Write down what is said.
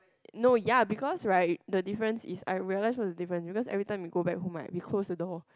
no ya because right the difference is I realize what's the different you guys every time will go back home right we close the door